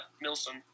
Milsom